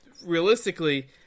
Realistically